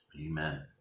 Amen